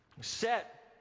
set